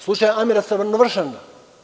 Slučaj Amira Stanovršanina.